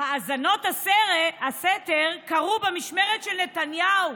האזנות הסתר קרו במשמרת של נתניהו,